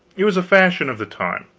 it was a fashion of the time.